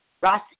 Ross